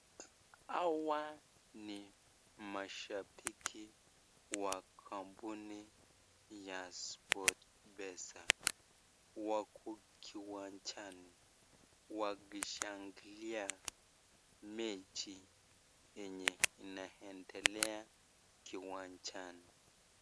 Hawa ni mashabiki wa kampuni ya sportpesa wako kiwanjani wakishangilia mechi yenye inaendelea kiwanjani.